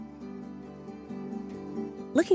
Looking